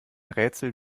rätsel